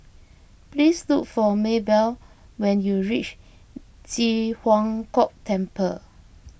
please look for Maybell when you reach Ji Huang Kok Temple